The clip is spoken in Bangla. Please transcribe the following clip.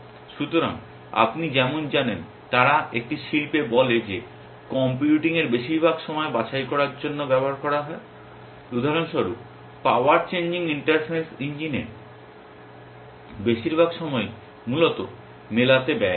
সুতরাং আপনি যেমন জানেন যে তারা একটি শিল্পে বলে যে কম্পিউটিংয়ের বেশিরভাগ সময় বাছাই করার জন্য ব্যয় করা হয় উদাহরণস্বরূপ পাওয়ার চেঞ্জিং ইনফারেন্স ইঞ্জিনের বেশিরভাগ সময়ই মূলত মেলাতে ব্যয় হয়